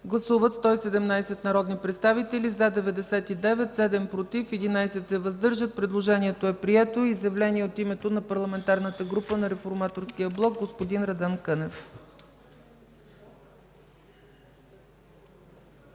Гласували 117 народни представители: за 99, против 7, въздържали се 11. Предложението е прието. Изявление от името на Парламентарната група на Реформаторския блок – господин Радан Кънев.